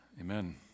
Amen